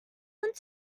want